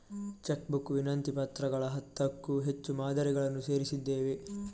check book ವಿನಂತಿ ಪತ್ರಗಳ ಹತ್ತಕ್ಕೂ ಹೆಚ್ಚು ಮಾದರಿಗಳನ್ನು ಸೇರಿಸಿದ್ದೇವೆ